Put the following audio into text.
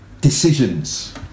decisions